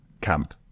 camp